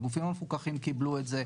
הגופים המפוקחים קיבלו את זה.